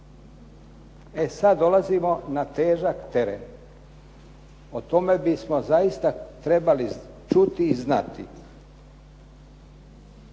E sada dolazimo na težak teren. O tome bismo zaista trebali čuti i znati